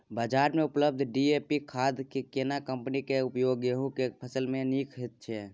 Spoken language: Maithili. बाजार में उपलब्ध डी.ए.पी खाद के केना कम्पनी के उपयोग गेहूं के फसल में नीक छैय?